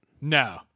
No